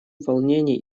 волнений